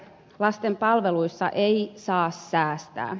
lasten palveluissa ei saa säästää